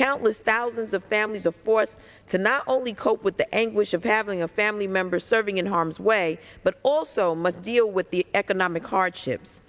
countless thousands of families a force to not only cope with the anguish of having a family member serving in harm's way but also must deal with the economic hardships